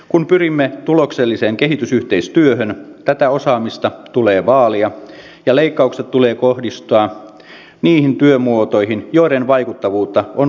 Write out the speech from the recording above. kun pyrimme tulokselliseen kehitysyhteistyöhön tätä osaamista tulee vaalia ja leikkaukset tulee kohdistaa niihin työmuotoihin joiden vaikuttavuutta on vaikea seurata